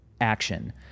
action